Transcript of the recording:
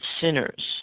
sinners